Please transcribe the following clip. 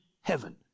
heaven